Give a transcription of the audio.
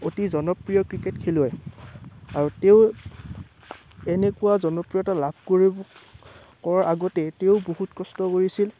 অতি জনপ্ৰিয় ক্ৰিকেট খেলুৱৈ আৰু তেওঁ এনেকুৱা জনপ্ৰিয়তা লাভ কৰিব কৰা আগতেই তেওঁ বহুত কষ্ট কৰিছিল